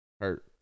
Hurt